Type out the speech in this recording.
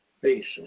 basis